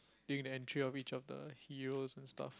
during the entry of each of the heroes and stuff